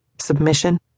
Submission